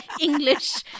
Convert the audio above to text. English